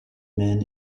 men